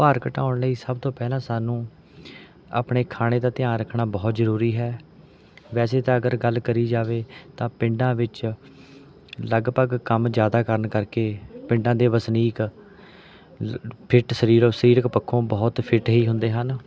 ਭਾਰ ਘਟਾਉਣ ਲਈ ਸਭ ਤੋਂ ਪਹਿਲਾਂ ਸਾਨੂੰ ਆਪਣੇ ਖਾਣੇ ਦਾ ਧਿਆਨ ਰੱਖਣਾ ਬਹੁਤ ਜ਼ਰੂਰੀ ਹੈ ਵੈਸੇ ਤਾਂ ਅਗਰ ਗੱਲ ਕਰੀ ਜਾਵੇ ਤਾਂ ਪਿੰਡਾਂ ਵਿੱਚ ਲਗਭਗ ਕੰਮ ਜ਼ਿਆਦਾ ਕਰਨ ਕਰਕੇ ਪਿੰਡਾਂ ਦੇ ਵਸਨੀਕ ਫਿੱਟ ਸਰੀਰ ਸਰੀਰਕ ਪੱਖੋਂ ਬਹੁਤ ਫਿੱਟ ਹੀ ਹੁੰਦੇ ਹਨ